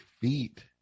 feet